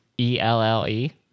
E-L-L-E